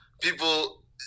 People